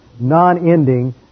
non-ending